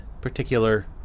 particular